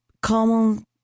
common